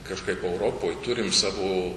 kažkaip europoj turim savo